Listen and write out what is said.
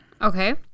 Okay